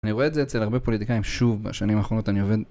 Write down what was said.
אני רואה את זה אצל הרבה פוליטיקאים, שוב, בשנים האחרונות אני עובד...